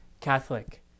Catholic